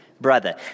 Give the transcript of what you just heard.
brother